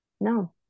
no